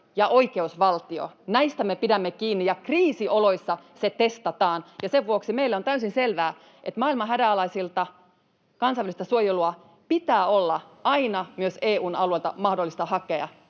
ja oikeusvaltio. Näistä me pidämme kiinni, ja kriisioloissa se testataan, ja sen vuoksi meille on täysin selvää, että maailman hädänalaisilla pitää olla aina mahdollisuus hakea